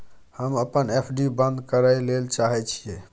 हम अपन एफ.डी बंद करय ले चाहय छियै